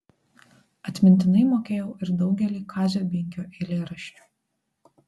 atmintinai mokėjau ir daugelį kazio binkio eilėraščių